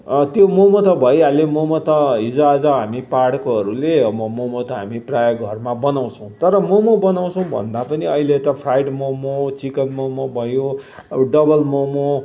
त्यो मम त भइहाल्यो मम त हिज आज हामी पहाडकोहरूले मम त हामी प्रायः घरमा बनाउछौँ तर मम बनाउछौँ भन्दा पनि अहिले त फ्राइड मम चिकन मम भयो अब डबल मम